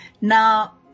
Now